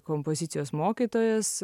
kompozicijos mokytojas